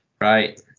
right